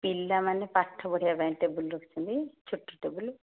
ପିଲାମାନେ ପାଠ ପଢ଼ିବା ପାଇଁ ଟେବଲ୍ ରଖିଛନ୍ତି କି ଛୋଟ ଟେବଲ୍